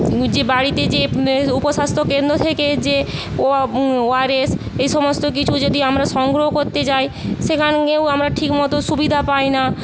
যে বাড়িতে যে উপস্বাস্থ্য কেন্দ্র থেকে যে ওআরএস এইসমস্ত কিছু যদি আমরা সংগ্রহ করতে যাই সেখানে গিয়েও আমরা ঠিকমতো সুবিধা পাই না